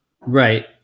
Right